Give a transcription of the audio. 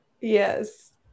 Yes